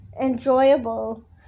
enjoyable